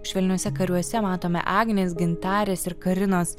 švelniuose kariuose matome agnės gintarės ir karinos